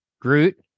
Groot